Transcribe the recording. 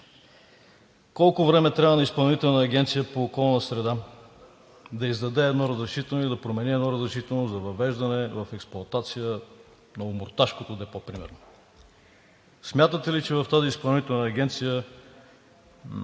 Колко време трябва на Изпълнителната агенция по околна среда да издаде едно разрешително и да промени едно разрешително за въвеждане в експлоатация на омуртажкото депо, примерно? Смятате ли, че в тази изпълнителна агенция